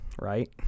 right